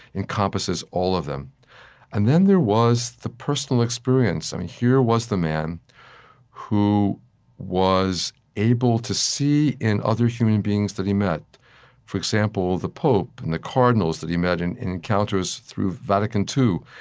encompasses all of them and then there was the personal experience. here was the man who was able to see, in other human beings that he met for example, the pope and the cardinals that he met in encounters through vatican ii,